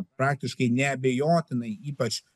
praktiškai neabejotinai ypač